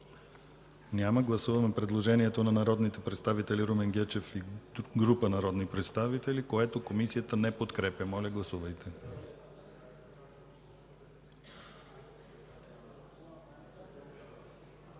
Няма. Гласуваме предложението на народния представител Румен Гечев и група народни представители, което Комисията не подкрепя. Гласували